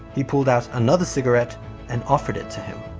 he pulled out another cigarette and offered it to him.